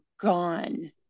gone